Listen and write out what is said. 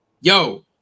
yo